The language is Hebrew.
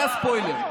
זה הספוילר.